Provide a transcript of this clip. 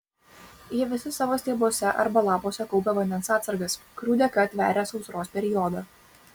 jie visi savo stiebuose arba lapuose kaupia vandens atsargas kurių dėka tveria sausros periodą